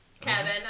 Kevin